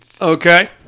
Okay